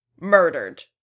murdered